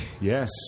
Yes